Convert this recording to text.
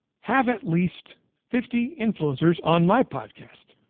have at least fifty influencers on my podcast